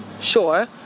sure